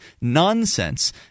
nonsense